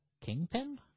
Kingpin